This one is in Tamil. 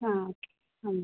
ஆ ம்